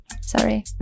sorry